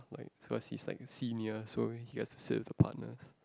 like so he's like a senior so he has to sit with the partners